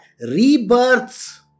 rebirths